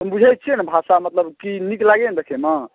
बुझैए छिए ने भाषा मतलब कि नीक लागैए ने देखैमे